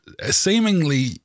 Seemingly